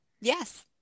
Yes